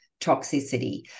toxicity